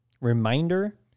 reminder